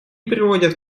приводят